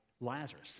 Lazarus